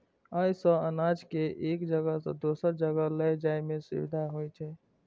अय सं अनाज कें एक जगह सं दोसर जगह लए जाइ में सुविधा होइ छै